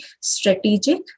strategic